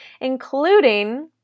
including